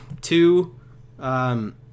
two